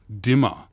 dimmer